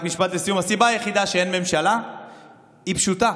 היא פשוטה: